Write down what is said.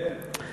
כן.